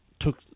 took